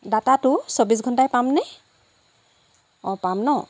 ডাটাটো চৌবিছ ঘণ্টাই পামনে অঁ পাম ন